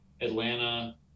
Atlanta